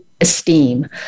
Esteem